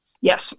Yes